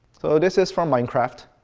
so this is from minecraft.